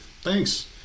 Thanks